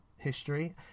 history